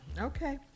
Okay